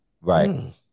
Right